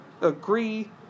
agree